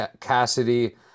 Cassidy